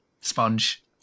sponge